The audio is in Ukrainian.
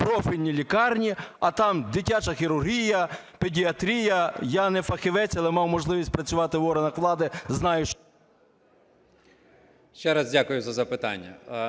профільні лікарні? А там дитяча хірургія, педіатрія. Я не фахівець, але мав можливість працювати в органах влади, знаю… 11:01:25 ЛЯШКО В.К. Ще раз дякую за запитання.